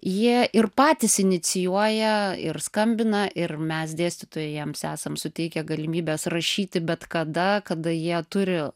jie ir patys inicijuoja ir skambina ir mes dėstytojai jiems esam suteikę galimybes rašyti bet kada kada jie turi